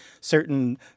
certain